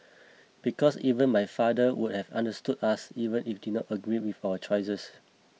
because even my father would have understood us even if he did not agree with our choices